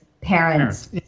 parents